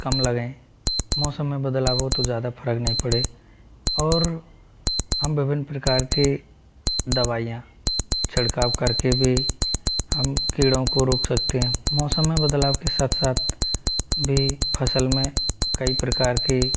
कम लगें मौसम में बदलाव हो तो ज़्यादा फ़र्क नहीं पड़े और हम विभिन्न प्रकार के दवाइयाँ छिड़काव करके भी हम कीड़ों को रोक सकते हैं मौसम में बदलाव के साथ साथ भी फसल में कई प्रकार के